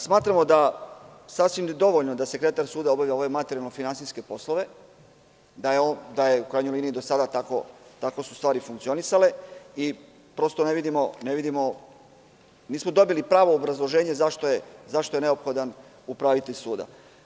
Smatramo da je sasvim dovoljno da sekretar suda obavlja ove materijalno-finansijske poslove, da su u krajnjoj liniji do sada tako stvari funkcionisale i ne vidimo da smo dobili pravo obrazloženje zašto je neophodan upravitelj suda.